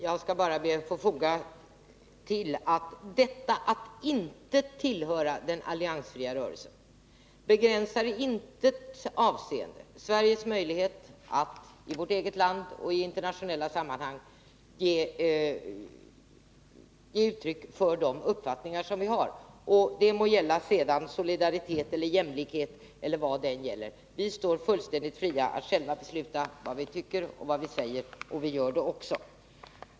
Herr talman! Jag skall be att få tillfoga att det faktum att vi inte tillhör den alliansfria rörelsen inte i något avseende begränsar Sveriges möjlighet att i vårt eget land och i internationella sammanhang ge uttryck för de uppfattningar som vi har. Det må sedan gälla solidaritet, jämlikhet eller någonting annat. Vi står fullständigt fria att själva besluta vad vi tycker och vad vi säger — och vi gör det också.